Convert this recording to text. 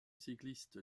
cycliste